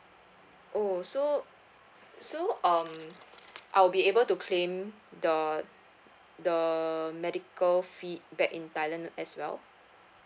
oh so so um I'll be able to claim the the medical fee back in thailand as well